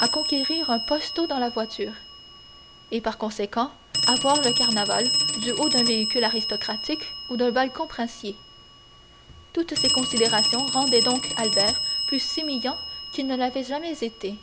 à conquérir un posto dans la voiture et par conséquent à voir le carnaval du haut d'un véhicule aristocratique ou d'un balcon princier toutes ces considérations rendaient donc albert plus sémillant qu'il ne l'avait jamais été